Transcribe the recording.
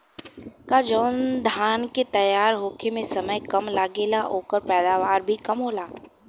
का जवन धान के तैयार होखे में समय कम लागेला ओकर पैदवार भी कम होला?